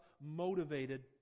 motivated